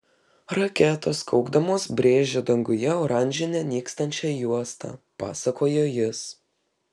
raketos kaukdamos brėžė danguje oranžinę nykstančią juostą pasakojo jis